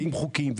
ועם חוקים,